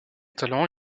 talent